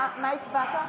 מה הצבעת?